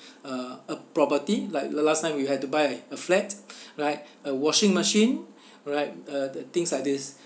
uh uh property like la~ last time you had to buy a flat right a washing machine right uh th~ things like these